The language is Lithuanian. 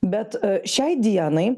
bet šiai dienai